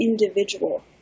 individual